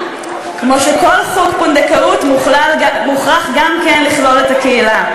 כמו שכל חוק פונדקאות מוכרח גם כן לכלול את הקהילה.